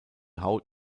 haut